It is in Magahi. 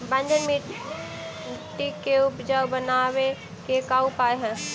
बंजर मट्टी के उपजाऊ बनाबे के का उपाय है?